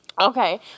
Okay